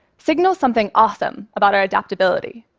signals something awesome about our adaptability.